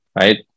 Right